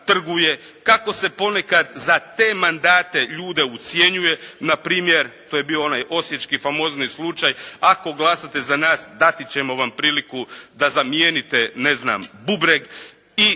kako se ponekad za te mandate ljude ucjenjuje, na primjer to je bio onaj Osječki famozni slučaj, ako glasate za nas dati ćemo vam priliku da zamijenite bubreg